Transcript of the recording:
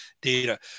data